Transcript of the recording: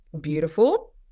beautiful